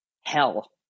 hell